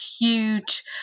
huge